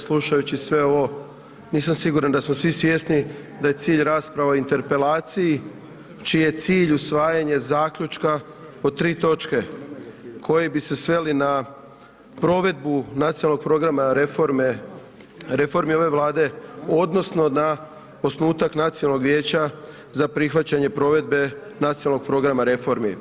Slušajući sve ovo, nisam siguran da smo svi svjesni, da je cilj rasprava o interpelaciji čiji je cilj usvajanja zaključka po 3 točke, koje bi se sveli na provedbu nacionalnog programa reformi ove vlade, odnosno, na osnutak Nacionalnog vijeća za prihvaćanje provedbe nacionalnog programi reformi.